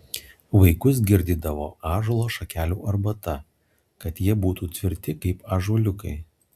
vaikus girdydavo ąžuolo šakelių arbata kad jie būtų tvirti kaip ąžuoliukai